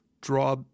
draw